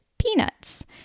Peanuts